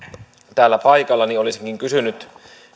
täällä paikalla olisinkin kysynyt